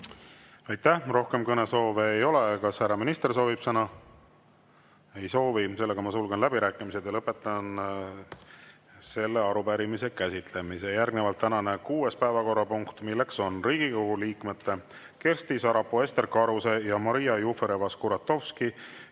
Aitäh! Rohkem kõnesoove ei ole. Kas härra minister soovib sõna? Ei soovi. Sulgen läbirääkimised ja lõpetan selle arupärimise käsitlemise. Järgnevalt tänane kuues päevakorrapunkt, milleks on Riigikogu liikmete Kersti Sarapuu, Ester Karuse ja Maria Jufereva-Skuratovski